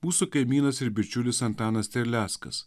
mūsų kaimynas ir bičiulis antanas terleckas